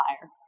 fire